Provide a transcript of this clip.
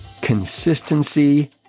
Consistency